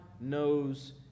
knows